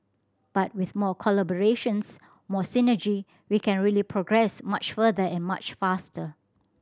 but with more collaborations more synergy we can really progress much further and much faster